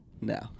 No